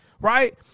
right